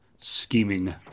scheming